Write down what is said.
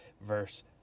verse